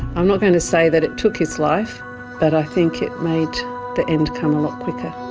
i'm not going to say that it took his life but i think it made the end come a lot quicker.